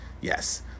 yes